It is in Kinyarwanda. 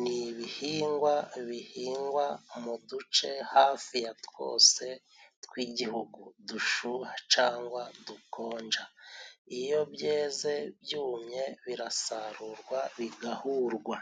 ni ibihingwa bihingwa mu duce hafi ya twose tw'igihugu dushuha cyangwa dukonja, iyo byeze byumye birasarurwa bigahurwa.